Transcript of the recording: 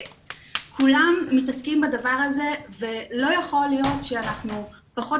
כולם מתעסקים בדבר הזה ולא יכול להיות שאנחנו פחות